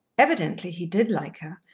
evidently he did like her,